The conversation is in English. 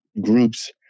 groups